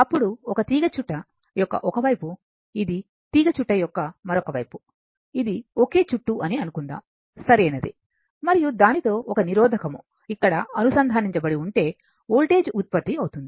అప్పుడు ఇది తీగచుట్ట యొక్క ఒక వైపు ఇది తీగచుట్ట యొక్క మరొక వైపు ఇది ఒకే చుట్టు అని అనుకుందాం సరైనది మరియు దానితో ఒక నిరోధకము ఇక్కడ అనుసంధానించబడి ఉంటే వోల్టేజ్ ఉత్పత్తి అవుతుంది